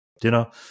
dinner